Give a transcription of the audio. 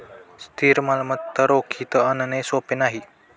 स्थिर मालमत्ता रोखीत आणणे सोपे नाही